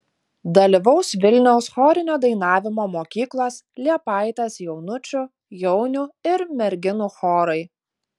dalyvaus vilniaus chorinio dainavimo mokyklos liepaitės jaunučių jaunių ir merginų chorai